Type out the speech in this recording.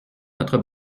notre